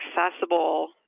accessible